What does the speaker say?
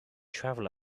travel